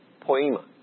poema